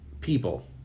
People